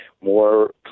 more